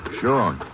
Sure